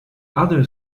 other